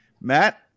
Matt